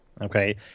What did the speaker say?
okay